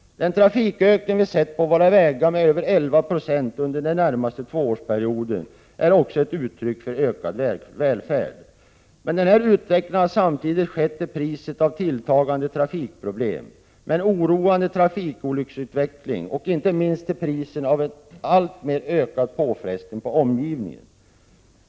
Den trafikökning vi sett på våra vägar med över 11 90 under den senaste tvåårsperioden är också ett uttryck för ökad välfärd. Men, den här utvecklingen har samtidigt skett till priset av tilltagande trafikproblem med en oroande trafikolycksutveckling och inte minst till priset av en alltmer ökad påfrestning på omgivningen.